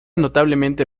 notablemente